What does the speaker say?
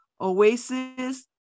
Oasis